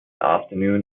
afternoon